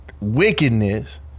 wickedness